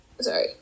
sorry